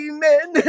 Amen